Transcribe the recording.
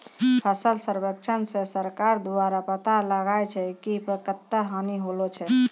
फसल सर्वेक्षण से सरकार द्वारा पाता लगाय छै कि कत्ता हानि होलो छै